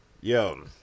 Yo